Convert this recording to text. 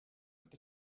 with